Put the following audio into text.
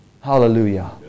hallelujah